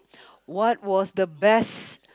what was the best